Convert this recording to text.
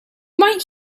might